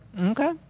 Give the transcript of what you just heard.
Okay